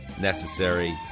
necessary